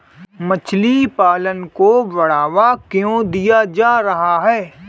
मछली पालन को बढ़ावा क्यों दिया जा रहा है?